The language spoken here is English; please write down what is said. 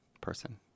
person